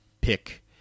pick